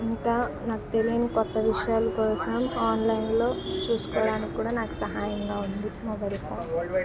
ఇంకా నాకు తెలియని కొత్త విషయాలు కోసం ఆన్లైన్లో చూసుకోవడానికి కూడా నాకు సహాయంగా ఉంది మొబైల్ ఫోన్